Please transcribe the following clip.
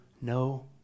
no